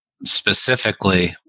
specifically